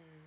mm